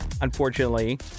unfortunately